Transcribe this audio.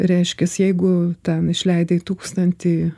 reiškias jeigu ten išleidai tūkstantį